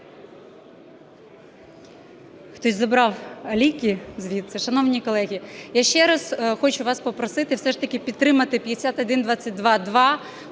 (Хтось забрав ліки звідси.) Шановні колеги, я ще раз хочу вас попросити все ж таки підтримати 5122-2,